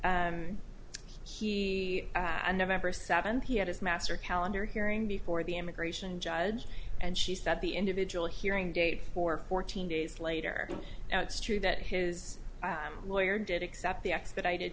and he and november seventh he had his master calendar hearing before the immigration judge and she said the individual hearing date for fourteen days later now it's true that his lawyer did accept the expedited